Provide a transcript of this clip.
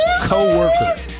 co-worker